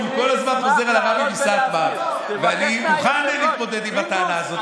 כי הוא כל הזמן חוזר על הרבי מסאטמר ואני מוכן להתמודד עם הטענה הזו,